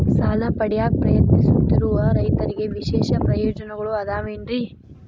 ಸಾಲ ಪಡೆಯಾಕ್ ಪ್ರಯತ್ನಿಸುತ್ತಿರುವ ರೈತರಿಗೆ ವಿಶೇಷ ಪ್ರಯೋಜನಗಳು ಅದಾವೇನ್ರಿ?